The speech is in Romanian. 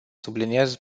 subliniez